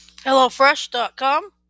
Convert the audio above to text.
HelloFresh.com